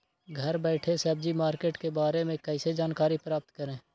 घर बैठे सब्जी मार्केट के बारे में कैसे जानकारी प्राप्त करें?